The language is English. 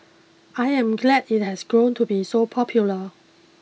I am glad it has grown to be so popular